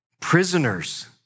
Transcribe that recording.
Prisoners